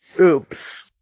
oops